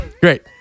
Great